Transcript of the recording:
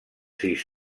sis